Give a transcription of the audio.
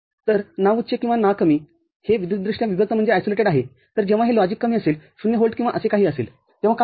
तर ना उच्च किंवा ना कमी हे विद्युतदृष्ट्या विभक्तआहे तरजेव्हा हे लॉजिक कमीअसेल ० व्होल्ट किंवा असे काही तेव्हा काय होईल